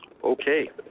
Okay